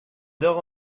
d’heure